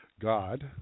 God